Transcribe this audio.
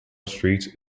streets